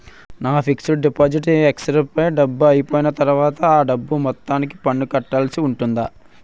నా fixed deposit expiry date అయిపోయిన తర్వాత అ డబ్బు మొత్తానికి పన్ను కట్టాల్సి ఉంటుందా?